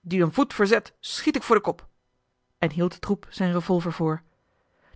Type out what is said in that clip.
die een voet verzet schiet ik voor den kop en hield den troep zijn revolver voor